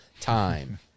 time